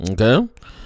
Okay